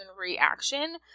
reaction